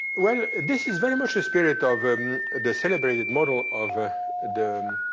well, this is very much the spirit of um the celebrated model of ah the